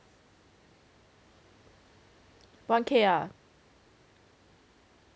one K ah